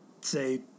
say